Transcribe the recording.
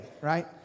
right